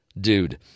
dude